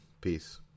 peace